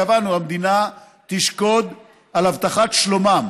קבענו: המדינה תשקוד על הבטחת שלומם